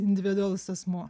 individualus asmuo